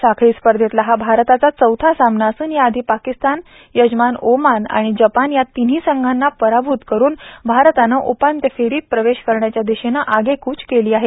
साखळी स्पर्धेतला हा भारताचा चौथा सामना असून याआधी पाकिस्तान यजमान ओमान आणि जपान या तिन्ही संघांना पराभूत करुन भारतानं उपांत्य फेरीत प्रवेश करण्याच्या दिशेनं आगेकूच केली आहे